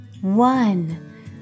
One